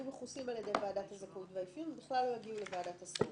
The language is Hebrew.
יהיו מכוסים על ידי ועדת הזכאות והאפיון ובכלל לא יגיעו לוועדת הסעות.